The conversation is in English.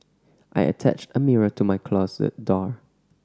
I attached a mirror to my closet door